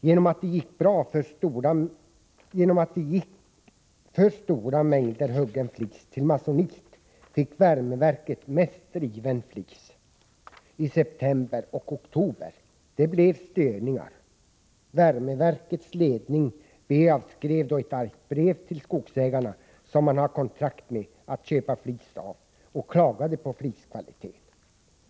Genom att det gick för stora mängder huggen flis till Masonite fick värmeverket mest riven flis i september och oktober. Det blev störningar. Värmeverkets ledning, BE-AB skrev då ett argt brev till Skogsägarna som man har kontrakt med att köpa flis av och klagade på fliskvalitén.